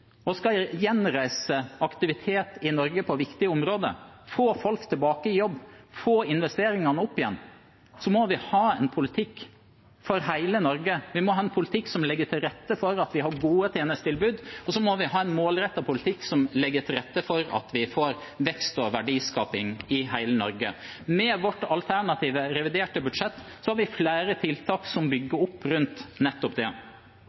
og skal gjenreise aktivitet i Norge på viktige områder, få folk tilbake i jobb, få investeringene opp igjen, må vi ha en politikk for hele Norge. Vi må ha en politikk som legger til rette for at vi har gode tjenestetilbud, og vi må ha en målrettet politikk som legger til rette for at vi får vekst og verdiskaping i hele Norge. Med vårt alternative reviderte budsjett har vi flere tiltak som bygger opp rundt nettopp det.